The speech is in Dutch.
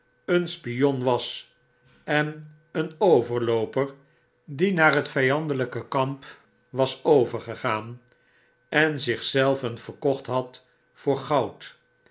een spion was en een overlooper die naar het vjjandeiyke kamp was overgegaan en zich zelven verkocht had voor goud